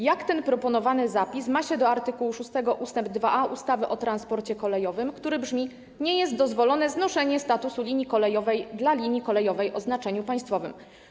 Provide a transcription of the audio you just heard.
Jak ten proponowany zapis ma się do art. 6 ust. 2a ustawy o transporcie kolejowym, który brzmi: Nie jest dozwolone znoszenie statusu linii kolejowej dla linii kolejowej o znaczeniu państwowym?